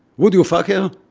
would you fuck her?